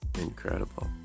incredible